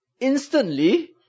instantly